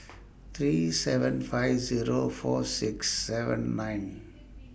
three seven five Zero four six seven nine